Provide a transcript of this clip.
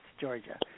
Georgia